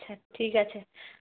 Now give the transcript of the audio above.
ঠিক আছে